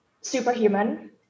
superhuman